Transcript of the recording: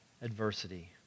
adversity